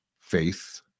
faith